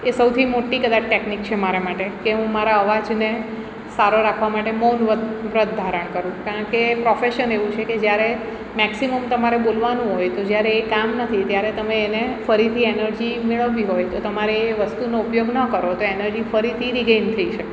એ સૌથી મોટી કદાચ ટેકનિક છે મારા માટે કે હું મારા અવાજને સારો રાખવા માટે મૌન વ્રત ધારણ કરું કારણ કે પ્રોફેસન એવું છે કે જ્યારે મેક્સિમમ તમારે બોલવાનું હોય તો જ્યારે એ કામ નથી ત્યારે તમે એને ફરીથી એનર્જી મેળવવી હોય તો તમારે એ વસ્તુનો ઉપયોગ ન કરો તો એનર્જી ફરીથી રિગેન થઈ શકે